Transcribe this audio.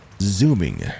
zooming